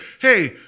hey